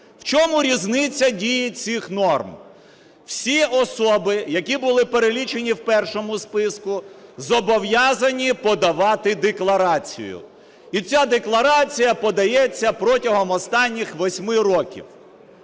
В чому різниця дії цих норм? Всі особи, які були перелічені в першому списку, зобов'язані подавати декларацію. І ця декларація подається протягом останніх 8 років.